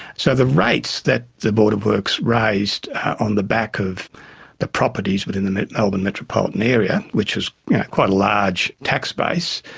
so the rates that the board of works raised on the back of the properties but in the melbourne metropolitan area, which was quite a large tax base,